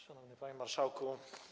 Szanowny Panie Marszałku!